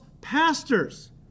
pastors